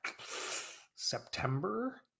september